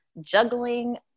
juggling